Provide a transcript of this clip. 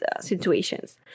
situations